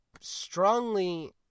strongly